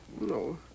No